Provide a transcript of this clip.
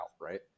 Right